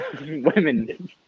women